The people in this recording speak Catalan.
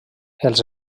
els